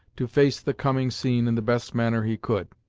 to face the coming scene in the best manner he could.